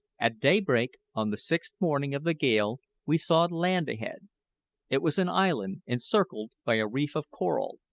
at daybreak on the sixth morning of the gale we saw land ahead it was an island encircled by a reef of coral,